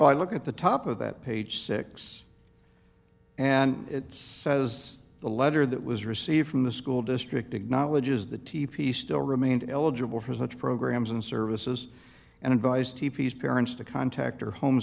i look at the top of that page six and it says the letter that was received from the school district acknowledges the t p still remained eligible for such programs and services and advised tepees parents to contact her home